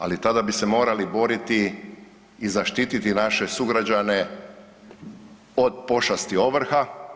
Ali tada bi se morali boriti i zaštititi naše sugrađane od pošasti ovrha.